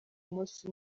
munsi